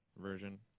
version